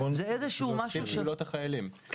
כמו קצין קבילות החיילים.